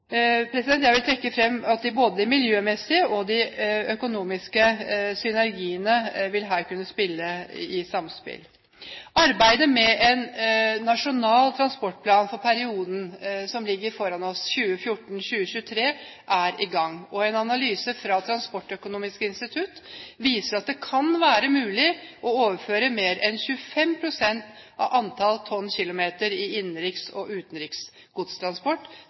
Jeg vil trekke fram at her vil det kunne være et samspill mellom miljømessig og økonomisk synergi. Arbeidet med en nasjonal transportplan for perioden som ligger foran oss, 2014–2023, er i gang. En analyse fra Transportøkonomisk institutt viser at det kan være mulig å overføre mer enn 25 pst. av antall tonnkilometer i innenriks og